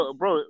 bro